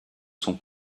son